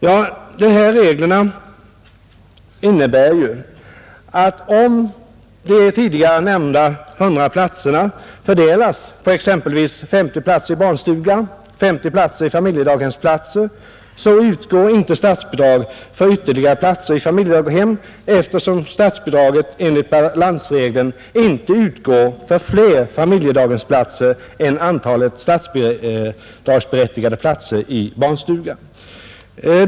Ja, reglerna innebär ju att om de tidigare nämnda 100 platserna fördelas på exempelvis 50 platser i barnstuga och 50 platser i familjedaghem så utgår inte statsbidrag för ytterligare platser i familjedaghem, eftersom statsbidraget enligt balansregeln inte utgår för flera familjedaghemsplatser än antalet statsbidragsberättigade platser i barnstuga.